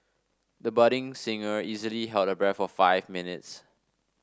the budding singer easily held her breath for five minutes